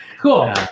Cool